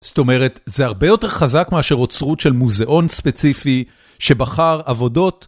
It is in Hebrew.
זאת אומרת, זה הרבה יותר חזק מאשר אוצרות של מוזיאון ספציפי שבחר עבודות.